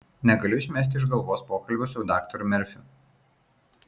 negaliu išmesti iš galvos pokalbio su daktaru merfiu